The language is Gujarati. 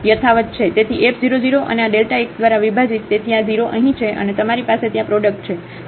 તેથી f 0 0 અને આ Δ x દ્વારા વિભાજિત તેથી આ 0 અહીં છે અને તમારી પાસે ત્યાં પ્રોડક્ટ છે